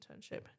internship